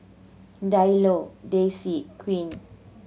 Diallo Tessie Quinn